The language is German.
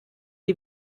die